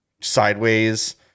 sideways